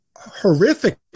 horrific